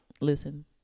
Listen